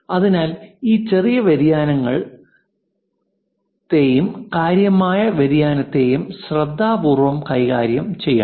അതിനാൽ ഈ ചെറിയ വ്യതിയാനത്തെയും കാര്യമായ വ്യതിയാനത്തെയും ശ്രദ്ധാപൂർവ്വം കൈകാര്യം ചെയ്യണം